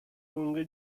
lunghe